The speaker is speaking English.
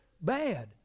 bad